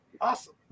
Awesome